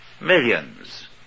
millions